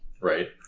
right